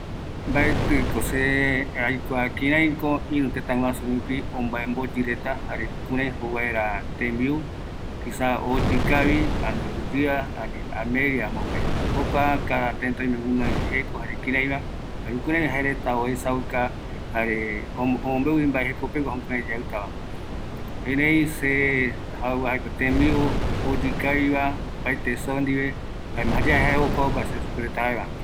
Mbaetɨko aikua kïraï, jare ïru tëtäguasureta rupi oyeapo tembiu, öimeko amogue rupi tembiu omboyi kavi, ïrürupi oimevi omboyɨäve, tëtäñavo oime oesauka reta